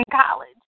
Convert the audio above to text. college